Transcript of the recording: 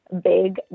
Big